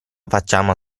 facciamo